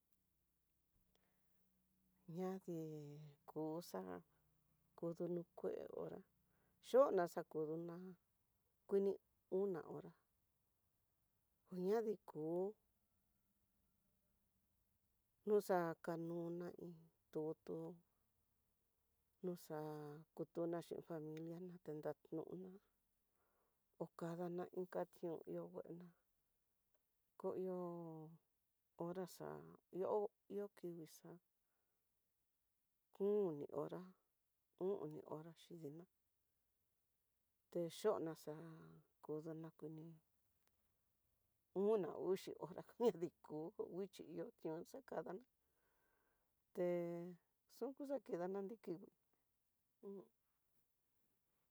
Ñadi kuxa kudono kué hora, yona xakuduña oni ona hora, kuñaniku kuxa kanó ona iin tutu, nuxa kutona xhin familiana ha ten ndatona okadana inka tión ihó nguena ko ihó hora xa'a, ihó ihó kinguixa kom ni hora o'on ni hora xhidina techona xa kudona kuni una uxi hora kuediku xhino xakadana tión xakadana texuku xakidanan té kingui unó.